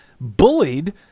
bullied